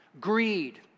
greed